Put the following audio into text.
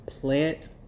plant